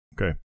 Okay